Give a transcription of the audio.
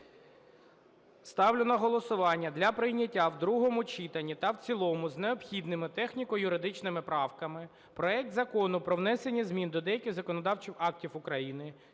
Ставлю на голосування для прийняття в другому читанні та в цілому з необхідними техніко-юридичними правками проект Закону про внесення змін до деяких законодавчих актів України